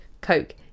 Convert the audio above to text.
coke